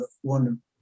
one